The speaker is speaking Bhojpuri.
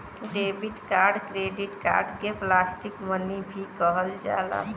डेबिट कार्ड क्रेडिट कार्ड के प्लास्टिक मनी भी कहल जाला